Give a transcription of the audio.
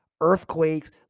earthquakes